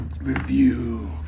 Review